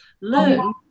learn